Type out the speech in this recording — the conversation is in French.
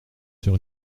sur